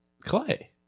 Clay